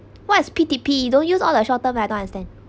what is P_T_P don't use all the short term I don't understand